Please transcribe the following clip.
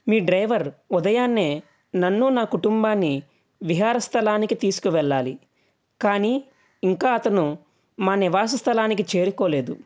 మీ driver ఉదయాన్నే నన్ను నా కుటుంబాన్ని విహార స్థలానికి తీసుకవెళ్ళాలి కానీ ఇంకా అతను మా నివాస స్థలానికి చేరుకోలేదు